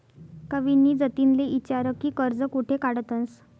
कविनी जतिनले ईचारं की कर्ज कोठे काढतंस